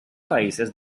países